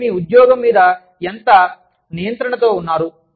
మీరు మీ ఉద్యోగం మీద ఎంత నియంత్రణతో ఉన్నారు